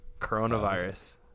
coronavirus